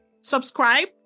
subscribe